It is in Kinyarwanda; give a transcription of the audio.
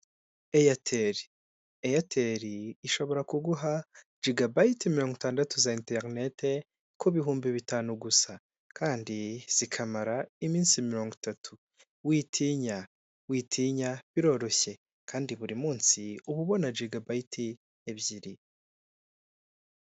Eyateli. Eyateli ishobora kuguha jigabayiti mirongo itandatu za interinete ku bihumbi bitanu gusa kandi zikamara iminsi mirongo itatu. Witinya, witinya biroroshye kandi buri munsi uba ubona jigabayiti ebyiri.